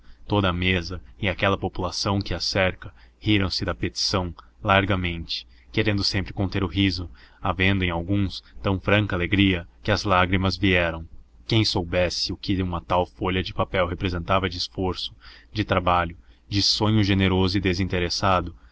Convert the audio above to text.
toda a mesa e aquela população que a cerca riram-se da petição largamente querendo sempre conter o riso havendo em alguns tão fraca alegria que as lágrimas vieram quem soubesse o que uma tal folha de papel representava de esforço de trabalho de sonho generoso e desinteressado